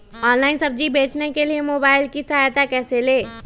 Online सब्जी बेचने के लिए मोबाईल की सहायता कैसे ले?